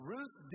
Ruth